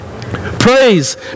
Praise